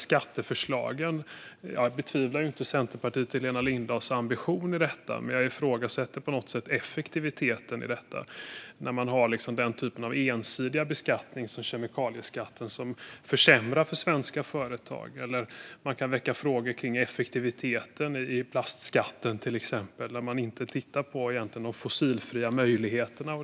Jag betvivlar inte Centerpartiets och Helena Lindahls ambition med dessa skatteförslag, men jag ifrågasätter effektiviteten i en ensidig beskattning som kemikaliskatten som försämrar för svenska företag. Man kan också väcka frågor om effektiviteten i plastskatten där man inte tittar på de fossilfria möjligheterna.